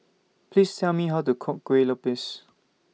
Please Tell Me How to Cook Kueh Lopes